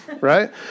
Right